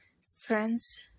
Strengths